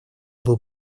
был